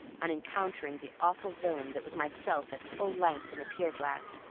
on encountering the awful villain that was myself at full length in a pier-glass!